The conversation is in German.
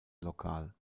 lokal